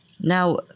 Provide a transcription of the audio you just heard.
Now